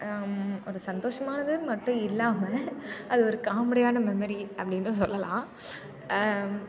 அது சந்தோஷமானதுன்னு மட்டும் இல்லாமல் அது ஒரு காமெடியான மெமரி அப்படின்னும் சொல்லலாம்